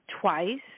twice